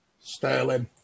Sterling